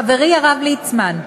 חברי הרב ליצמן,